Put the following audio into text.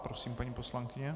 Prosím, paní poslankyně.